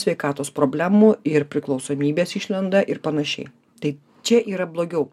sveikatos problemų ir priklausomybės išlenda ir panašiai tai čia yra blogiau